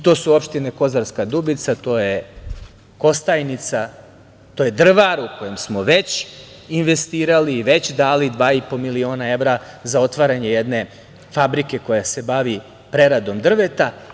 To su opštine Kozarska Dubica, to je Kostajnica, to je Drvar, u koji smo već investirali i već dali 2,5 miliona evra za otvaranje jedne fabrike koja se bavi preradom drveta.